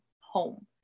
home